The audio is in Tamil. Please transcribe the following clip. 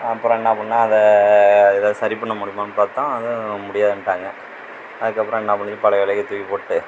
அப்புறம் என்ன பண்ணிணேன் அதை எதாவது சரி பண்ண முடியுமான்னு பார்த்தோம் அதுவும் முடியாதுன்ட்டாங்க அதுக்கப்புறம் என்ன பண்ணிக்க பழைய விலைக்கி தூக்கி போட்டு